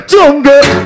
Jungle